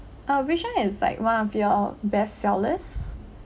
oh which one is like one of your best sellers